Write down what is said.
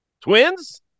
Twins